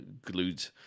glued